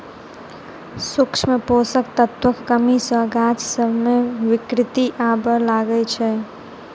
सूक्ष्म पोषक तत्वक कमी सॅ गाछ सभ मे विकृति आबय लागैत छै